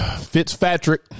Fitzpatrick